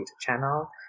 channel